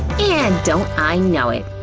and don't i know it.